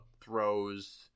throws